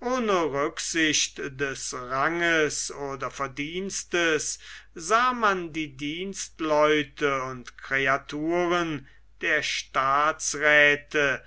ohne rücksicht des ranges oder verdienstes sah man die dienstleute und kreaturen der staatsräthe